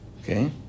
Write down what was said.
okay